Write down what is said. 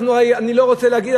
אני לא רוצה להגיד,